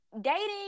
dating